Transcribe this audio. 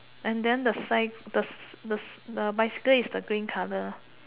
and then the side the si~ the s~ the bicycle is the green colour